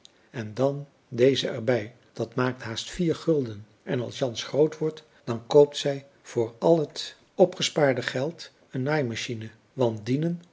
en dan deze er bij dat maakt haast vier gulden en als jans groot wordt dan koopt zij voor al het opgespaarde geld een naaimachine want dienen